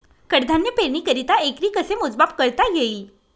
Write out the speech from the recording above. कडधान्य पेरणीकरिता एकरी कसे मोजमाप करता येईल?